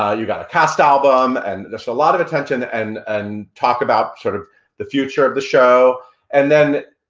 ah you got a cast album and there's a lot of attention and and talk about sort of the future of the show and then,